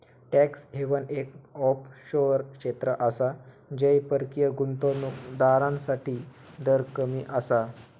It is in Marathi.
टॅक्स हेवन एक ऑफशोअर क्षेत्र आसा जय परकीय गुंतवणूक दारांसाठी दर कमी आसा